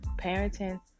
parenting